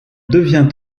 devient